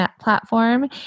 platform